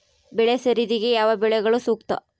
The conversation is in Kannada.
ಬೆಳೆ ಸರದಿಗೆ ಯಾವ ಬೆಳೆಗಳು ಸೂಕ್ತ?